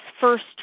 first